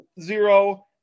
zero